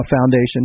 Foundation